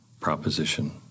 proposition